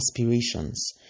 aspirations